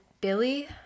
Billy